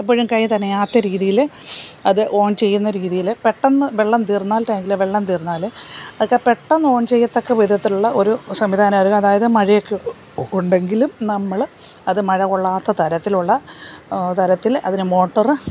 എപ്പഴും കൈ നനയാത്ത രീതിയിൽ അത് ഓൺ ചെയ്യുന്ന രീതിയിൽ പെട്ടെന്ന് വെള്ളം തീർന്നാൽ ടാങ്കിലെ വെള്ളം തീർന്നാൽ ഒക്കെ പെട്ടെന്ന് ഓൺ ചെയ്യത്തക്ക വിധത്തിലുള്ള ഒരു സംവിധാനമാണ് അതായത് മഴയൊക്കെ ഉണ്ടെങ്കിലും നമ്മൾ അത് മഴ കൊള്ളാത്ത തരത്തിലുള്ള തരത്തിൽ അതിനെ മോട്ടറ്